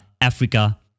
Africa